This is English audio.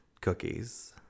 cookies